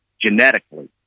Genetically